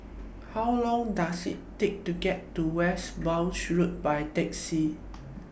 How Long Does IT Take to get to Westbourne Road By Taxi